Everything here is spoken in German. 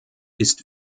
ist